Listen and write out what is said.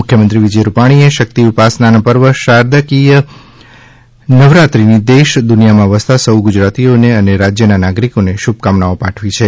મુખ્યમંત્રી વિજય રૂપાણીએ શક્તિ ઉપાસના પર્વ શારદીય નવરાત્રિની દેશ દુનિયામાં વસતા સૌ ગુજરાતીઓને અને રાજ્યના નાગરિકોને શુભકામનાઓ પાઠવી છે